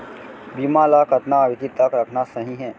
बीमा ल कतना अवधि तक रखना सही हे?